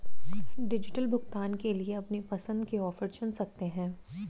digital भुगतान के लिए अपनी पसंद के ऑफर चुन सकते है